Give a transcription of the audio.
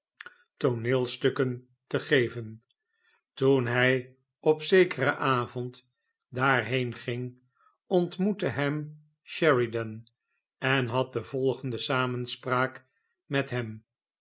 tooneelstukken te geven toen hij op zekeren avond daarheen ging ontmoette hem sheridan en had de volgende samenspraak met hem